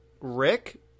Rick